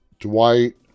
Dwight